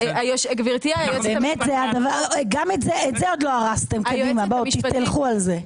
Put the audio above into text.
את זה עוד לא הרסתם, קדימה, תלכו על זה.